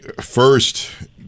First